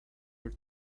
were